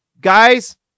guys